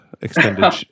extended